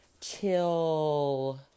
chill